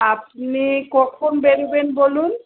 আপনি কখন বেরোবেন বলুন